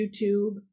YouTube